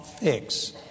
fix